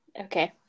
Okay